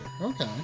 Okay